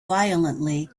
violently